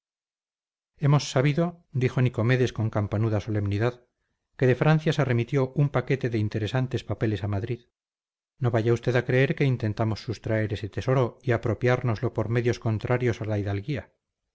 hemos sabido dijo nicomedes con campanuda solemnidad que de francia se remitió un paquete de interesantes papeles a madrid no vaya usted a creer que intentamos sustraer ese tesoro y apropiárnoslo por medios contrarios a la hidalguía